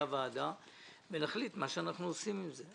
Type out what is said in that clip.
הוועדה ונחליט מה אנחנו עושים עם זה.